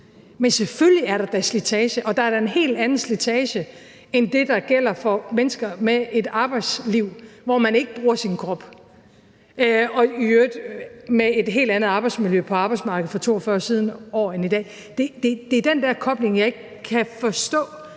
Men selvfølgelig er der da slitage, og der er da en helt anden slitage end den, der gælder for mennesker med et arbejdsliv, hvor man ikke bruger sin krop. Og i øvrigt med et helt andet arbejdsmiljø på arbejdsmarkedet for 42 år siden end i dag. Det er den der kobling, jeg ikke kan forstå